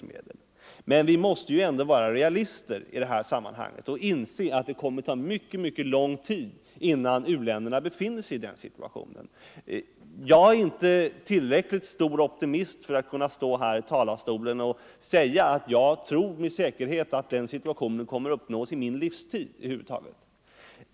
Men vi måste ändå vara realister i detta sammanhang och inse att det kommer att ta mycket lång tid, innan u-länderna befinner sig i den situationen. Jag är inte tillräckligt stor optimist för att kunna stå här i talarstolen och säga att jag med säkerhet tror att den situationen kommer att uppnås under min livstid.